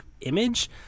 image